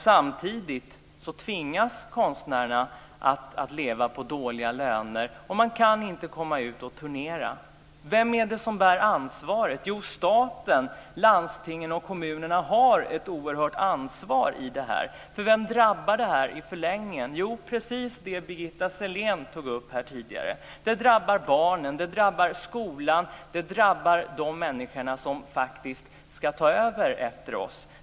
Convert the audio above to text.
Samtidigt tvingas konstnärerna att leva på dåliga löner och man kan inte komma ut och turnera. Vem bär ansvaret? Jo, staten, landstingen och kommunerna har ett oerhört ansvar för det här. Vem drabbar det här i förlängningen? Jo, precis som Birgitta Sellén tog upp här tidigare drabbar det barnen och skolan. Det drabbar de människor som faktiskt ska ta över efter oss.